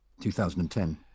2010